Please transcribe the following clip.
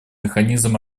механизм